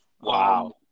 Wow